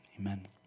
Amen